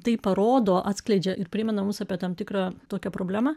tai parodo atskleidžia ir primena mus apie tam tikrą tokią problemą